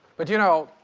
but, you know,